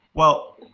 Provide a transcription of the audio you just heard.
well,